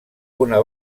una